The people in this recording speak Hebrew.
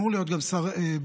ואמור להיות גם שר בריאות,